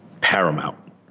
Paramount